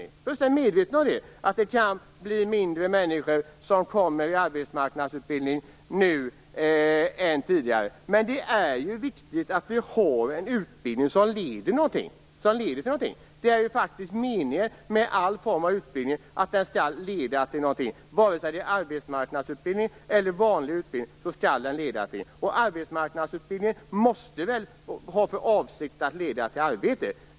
Jag är fullständigt medveten om att det nu kan bli färre människor som kommer i arbetsmarknadsutbildning än tidigare, men det är ju viktigt att ha en utbildning som leder till någonting. Meningen med all form av utbildning är ju faktiskt att den skall leda till någonting. Vare sig det är fråga om arbetsmarknadsutbildning eller vanlig utbildning, skall den leda till någonting. Avsikten med arbetsmarknadsutbildningen måste väl vara att den skall leda till arbete.